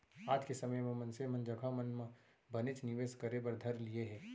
आज के समे म मनसे मन जघा मन म बनेच निवेस करे बर धर लिये हें